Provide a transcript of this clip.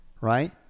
right